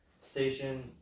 station